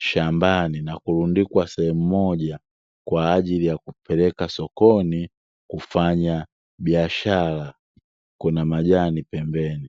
shambani na kurundikwa sehemu moja, kwa ajili ya kupeleka sokoni kufanya biashara. Kuna majani pembeni.